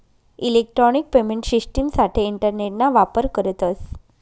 electronic payment शिश्टिमसाठे इंटरनेटना वापर करतस